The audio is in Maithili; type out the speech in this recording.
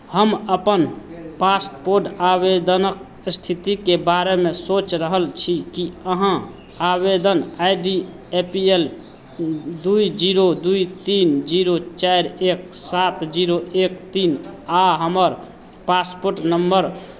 हम अपन पासपोड आवेदनक स्थितिके बारेमे सोचि रहल छी की अहाँ आवेदन I D A P L दू जीरो दू तीन जीरो चारि एक सात जीरो एक तीन आ हमर पासपोट नंबर